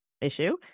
issue